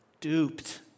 Duped